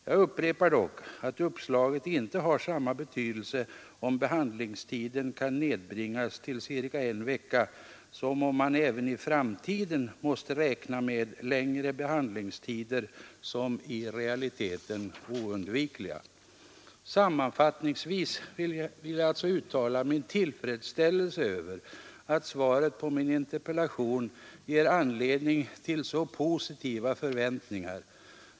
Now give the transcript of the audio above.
Jag upprepar dock att uppslaget inte har samma betydelse om behandlingstiden kan nedbringas till ca en vecka som om man även i framtiden måste räkna med längre behandlingstider såsom i realiteten oundvikliga. Sammanfattningsvis vill jag uttala min tillfredsställelse över att svaret på min interpellation ger anledning till så positiva förväntningar.